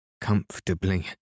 comfortably